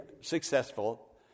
successful